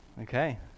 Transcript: okay